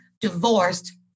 divorced